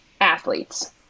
athletes